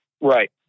Right